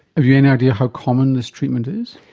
have you any idea how common this treatment is?